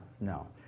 no